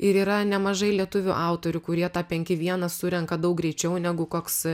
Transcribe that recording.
ir yra nemažai lietuvių autorių kurie tą penki vienas surenka daug greičiau negu koks